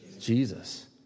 Jesus